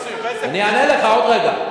ותק בשנות נישואים, אני אענה לך עוד רגע.